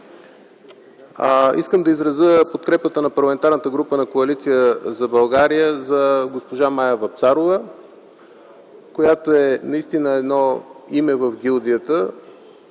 Искам да изразя подкрепата на Парламентарната група на Коалиция за България за госпожа Мая Вапцарова, която наистина е име в гилдията.